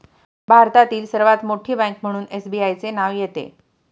भारतातील सर्वात मोठी बँक म्हणून एसबीआयचे नाव येते